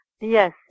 Yes